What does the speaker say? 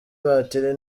batiri